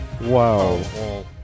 Wow